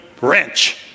wrench